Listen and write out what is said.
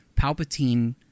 Palpatine